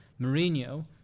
Mourinho